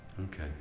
Okay